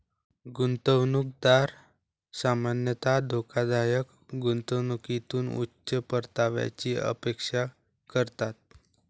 गुंतवणूकदार सामान्यतः धोकादायक गुंतवणुकीतून उच्च परताव्याची अपेक्षा करतात